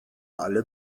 alle